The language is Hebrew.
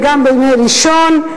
וגם ימי ראשון.